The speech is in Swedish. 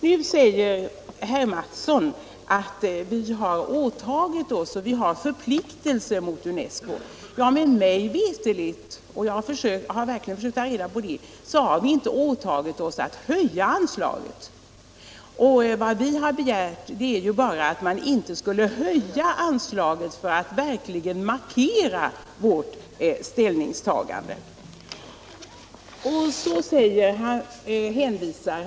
Nu säger herr Mattsson i Lane-Herrestad att vi har förpliktelser gentemot UNESCO. Ja, men mig veterligt — jag har verkligen tagit reda på det — har vi inte åtagit oss att höja anslaget till UNESCO. Vi har i reservationen begärt att Sverige, för att markera sitt ställningstagande, inte skall höja anslaget.